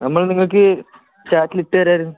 നമ്മൾ നിങ്ങൾക്ക് ചാറ്റിൽ ഇട്ടു തരാമായിരുന്നു